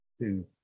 two